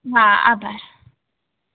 હા આભાર